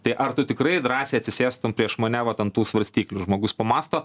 tai ar tu tikrai drąsiai atsisėstum prieš mane vat ant tų svarstyklių žmogus pamąsto